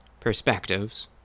perspectives